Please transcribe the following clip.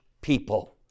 people